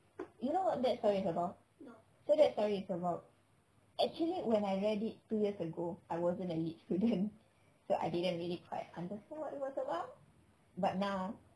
you know what that story is about so that story is about actually when I read it two years ago I wasn't a lit student so I didn't really quite understand what it was about but now